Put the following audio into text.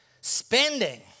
Spending